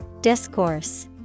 Discourse